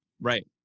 Right